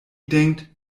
denkt